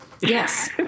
yes